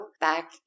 back